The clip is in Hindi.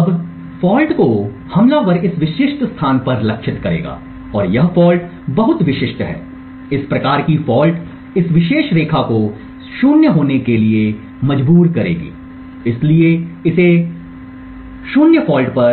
अब फॉल्ट को हमलावर इस विशिष्ट स्थान पर लक्षित करेगा और यह फॉल्ट बहुत विशिष्ट है इस प्रकार की फॉल्ट इस विशेष रेखा को 0 होने के लिए मजबूर करेगी इसलिए इसे 0 फॉल्ट पर